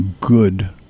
good